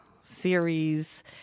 series